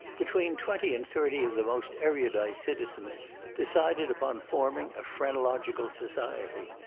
between twenty and thirty of the most erudite citizens decided upon forming a phrenological society.